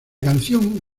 canción